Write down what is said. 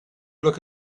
look